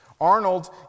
Arnold